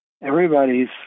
everybody's